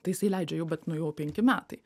tai jisai leidžia jau bet nu jau penki metai